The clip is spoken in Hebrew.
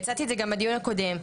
והצעתי את זה גם בדיון הקודם,